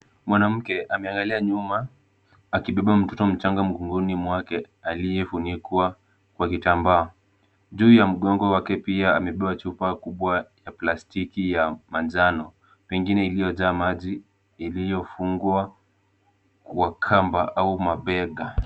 Mwanamke ameangalia nyuma, akibeba mtoto mchanga mgongoni mwake aliyefunikwa kwa kichamba. Juu ya mgongo wake pia amebeba chupa kubwa ya plastiki ya manjano, pengine iliyojaa maji iliyofungwa kwa kamba au mabeka.